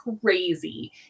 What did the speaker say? crazy